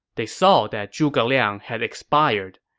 they saw that zhuge liang had expired.